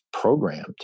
programmed